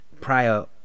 prior